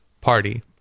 party